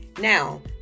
Now